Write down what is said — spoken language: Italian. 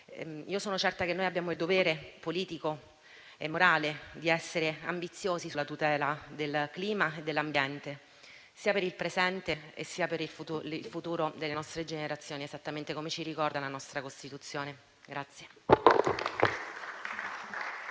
Sono certa che abbiamo il dovere politico e morale di essere ambiziosi sulla tutela del clima e dell'ambiente, sia per il presente che per il futuro delle nuove generazioni, esattamente come ci ricorda la nostra Costituzione.